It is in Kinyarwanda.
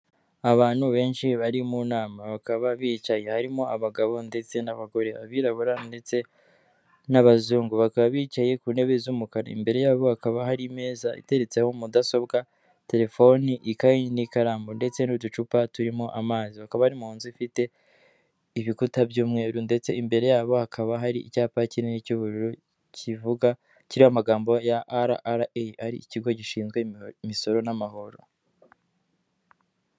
Abantu benshi bari mu nama bakaba bicaye harimo abagabo ndetse n'abagore abirabura ndetse n'abazungu bakaba bicaye ku ntebe z'umukara imbere yabo hakaba hari imeza iteretseho mudasobwa, telefoni, ikaye n'ikaramu ndetse n'uducupa turimo amazi bakaba bari mu nzu ifite ibikuta by'umweru ndetse imbere yabo hakaba hari icyapa kinini cy'ubururu kivuga kiriho amagambo ya RRA ari ikigo gishinzwe imisoro n'amahoro.